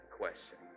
question